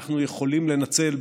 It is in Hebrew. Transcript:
ואנחנו יכולים לנצל,